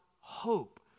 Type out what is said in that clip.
hope